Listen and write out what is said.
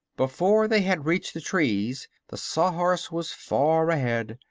before they had reached the trees the sawhorse was far ahead,